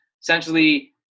essentially